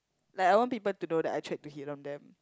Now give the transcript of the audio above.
like I want people to know that I tried to hit on them